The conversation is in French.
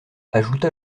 ajouta